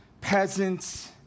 peasants